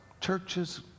churches